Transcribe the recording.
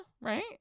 Right